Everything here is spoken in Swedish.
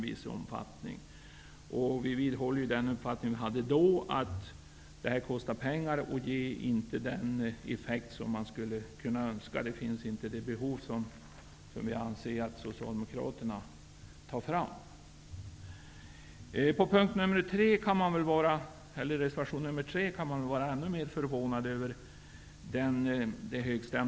Vi vidhåller den uppfattning som vi hade då, nämligen att detta kostar pengar och att det inte ger önskad effekt. Vi anser att det behov som Socialdemokraterna belyser inte finns. De högstämda toner som tas upp när det gäller reservation nr 3 kan man vara ännu mer förvånad över.